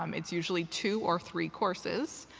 um it's usually two or three courses.